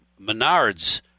Menards